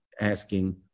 asking